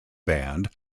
band